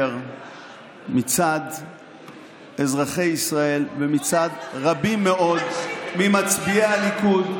מצד אזרחי ישראל ומצד רבים מאוד ממצביעי הליכוד,